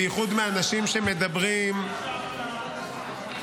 בייחוד מאנשים שמדברים --- שמחה,